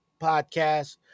podcast